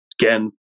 Again